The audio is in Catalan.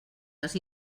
les